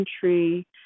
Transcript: country